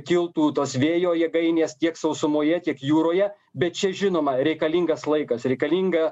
kiltų tos vėjo jėgainės tiek sausumoje tiek jūroje bet čia žinoma reikalingas laikas reikalinga